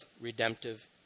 redemptive